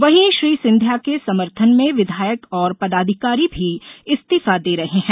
वहीं श्री सिंधिया के समर्थन में विधायक और पदाधिकारी भी इस्तीफा दे रहे हैं